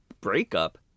breakup